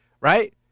right